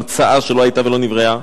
המצאה שלא היתה ולא נבראה,